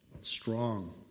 Strong